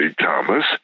Thomas